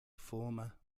former